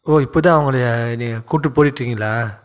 ஓ இப்போது தான் அவங்கள நீங்கள் கூட்டி போய்கிட்டு இருக்கிங்களா